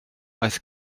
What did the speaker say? oedd